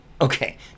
Okay